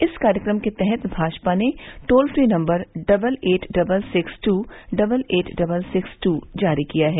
इस कार्यक्रम के तहत भाजपा ने toll free number double eight double six two double eight double six two जारी किया है